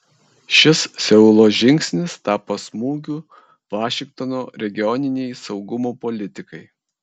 šis seulo žingsnis tapo smūgiu vašingtono regioninei saugumo politikai